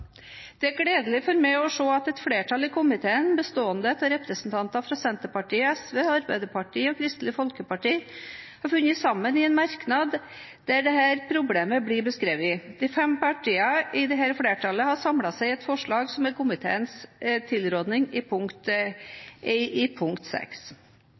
Det er gledelig for meg å se at et flertall i komiteen, bestående av representantene fra Senterpartiet, SV, Arbeiderpartiet og Kristelig Folkeparti, har funnet sammen i en merknad der dette problemet blir beskrevet. De fem partiene i dette flertallet har samlet seg om et forslag som er komiteens tilrådning til vedtak VI. Et stort problem når det gjelder skatte- og avgiftsunndragelse i næringslivet, er utelivsbransjen i